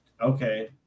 okay